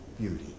beauty